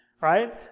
right